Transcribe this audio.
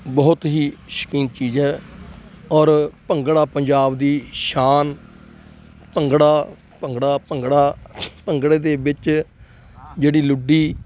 ਬਹੁਤ ਹੀ ਸ਼ੌਕੀਨ ਚੀਜ਼ ਹੈ ਔਰ ਭੰਗੜਾ ਪੰਜਾਬ ਦੀ ਸ਼ਾਨ ਭੰਗੜਾ ਭੰਗੜਾ ਭੰਗੜਾ ਭੰਗੜੇ ਦੇ ਵਿੱਚ ਜਿਹੜੀ ਲੁੱਡੀ